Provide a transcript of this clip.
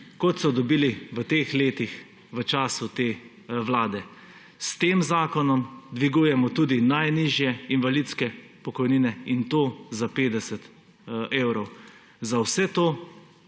kot so dobili v teh letih v času te vlade. S tem zakonom dvigujemo tudi najnižje invalidske pokojnine, in to za 50 evrov. Za vse to